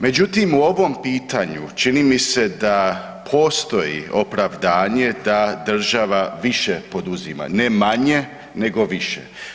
Međutim, u ovom pitanju čini mi se da postoji opravdanje da država više poduzima, ne manje, nego više.